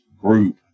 group